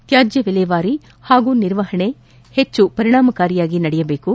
ತ್ಕಾಜ್ಯ ವಿಲೇವಾರಿ ಹಾಗೂ ನಿರ್ವಪಣೆ ಹೆಚ್ಚು ಪರಿಣಾಮಕಾರಿಯಾಗಿ ಮಾಡಬೇಕು